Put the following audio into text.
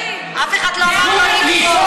אף אחד לא אמר לא לראות.